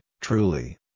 Truly